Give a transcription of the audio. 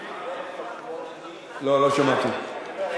לא, לא שמעתי.